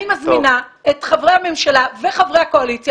אני מזמינה את חברי הממשלה וחברי הקואליציה